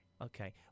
Okay